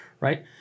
right